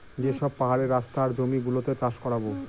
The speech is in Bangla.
যে সব পাহাড়ের রাস্তা আর জমি গুলোতে চাষ করাবো